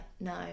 no